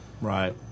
Right